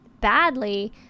badly